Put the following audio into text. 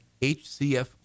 HCF